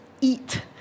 eat